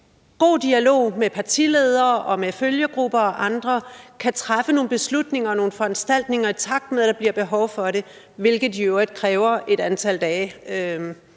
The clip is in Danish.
god dialog med partiledere og med følgegrupper og andre kan træffe nogle beslutninger og nogle foranstaltninger, i takt med at der bliver behov for det, hvilket jo i øvrigt kræver et antal dage,